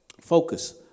focus